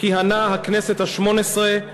כיהנה הכנסת השמונה-עשרה,